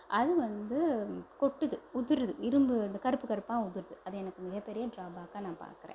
அது வந்து கொட்டுது உதிருது இரும்பு அந்த கருப்பு கருப்பாக உதிருது அது எனக்கு மிகப் பெரிய ட்ராபேக்காக நான் பார்க்குறேன்